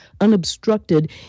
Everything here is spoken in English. unobstructed